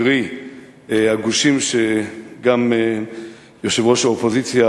קרי הגושים שגם יושבת-ראש האופוזיציה